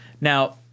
now